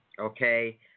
okay